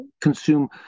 consume